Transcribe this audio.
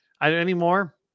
anymore